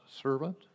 servant